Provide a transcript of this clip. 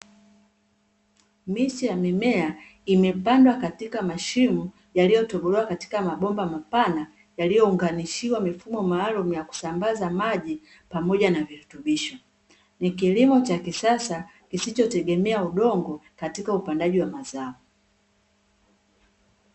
Miche ya mimea imepandwa katika mashimo yaliyotobolewa, katika mabomba mapana yaliyounganishwa mifumo maalumu ya kusambaza, maji pamoja na virutubisho. Ni kilimo cha kisasa kisichotegemea udongo, katika upandaji wa mazao.